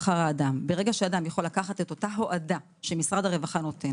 ברגע שאדם יכול לקחת אותה הועדה שמשרד הרווחה נותן